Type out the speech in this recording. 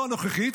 לא הנוכחית,